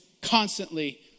constantly